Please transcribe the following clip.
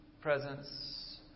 presence